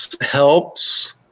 helps